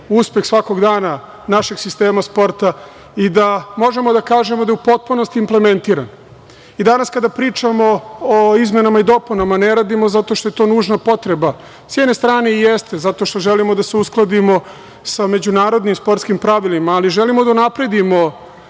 uspeh svakog dana našeg sistema sporta i da možemo da kažemo da je u potpunosti implementiran. Danas kada pričamo o izmenama i dopunama ne radimo zato što je to nužna potreba. S jedne strane i jeste, zato što želimo da se uskladimo sa međunarodnim sportskim pravilima, ali želimo da unapredimo